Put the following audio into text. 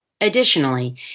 Additionally